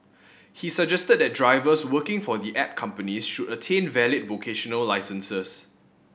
he suggested that drivers working for the app companies should attain valid vocational licences